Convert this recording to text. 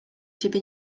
ciebie